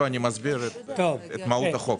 לא, אני מסביר את מהות החוק.